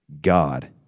God